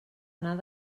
anar